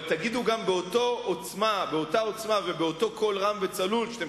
אבל תגידו גם באותה עוצמה ובאותו קול רם וצלול שאתם